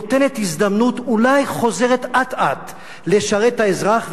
נותנת הזדמנות, אולי חוזרת אט-אט לשרת את האזרח.